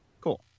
Cool